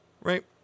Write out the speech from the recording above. right